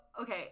okay